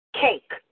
cake